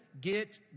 get